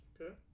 Okay